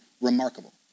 remarkable